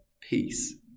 peace